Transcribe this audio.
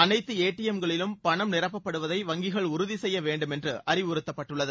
அனைத்து ஏடிஎம்களிலும் பணம் நிரப்பப்படுவதை வங்கிகள் உறுதி செய்யவேண்டும் என்று அறிவுறுத்தப்பட்டுள்ளது